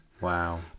Wow